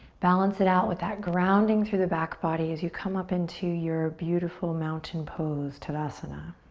balance it out with that grounding through the back body as you come up into your beautiful mountain pose, tadasana.